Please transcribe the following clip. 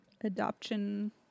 adoption